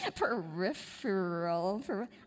peripheral